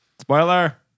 Spoiler